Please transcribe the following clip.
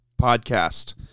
podcast